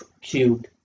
cubed